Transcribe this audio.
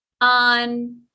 on